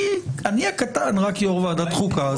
ואני הקטן רק יושב-ראש ועדת חוקה.